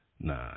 Nah